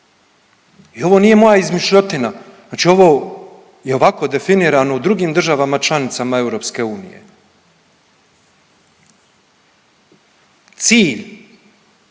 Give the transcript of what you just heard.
I ovo nije moja izmišljotina, znači ovo je ovako definirano u drugim državama članicama EU. Cilj